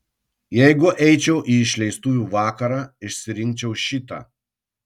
jeigu eičiau į išleistuvių vakarą išsirinkčiau šitą